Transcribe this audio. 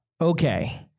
Okay